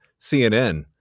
CNN